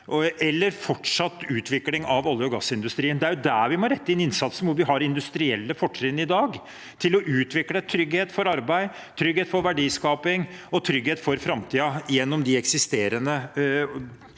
eller fortsatt utvikling av olje- og gassindustrien. Det er der vi må rette inn innsatsen, der hvor vi i dag har industrielle fortrinn til å utvikle trygghet for arbeid, trygghet for verdiskaping og trygghet for framtiden gjennom de eksisterende